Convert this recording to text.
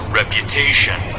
reputation